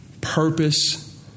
purpose